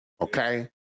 okay